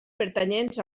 pertanyents